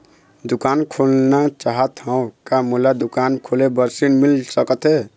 दुकान खोलना चाहत हाव, का मोला दुकान खोले बर ऋण मिल सकत हे?